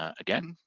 ah again,